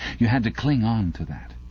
you had to cling on to that.